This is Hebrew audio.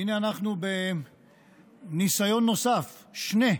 הינה אנחנו בניסיון נוסף, שנה,